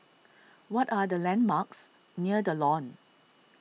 what are the landmarks near the Lawn